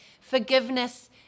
forgiveness